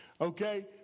Okay